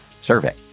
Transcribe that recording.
survey